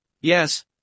yes